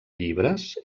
llibres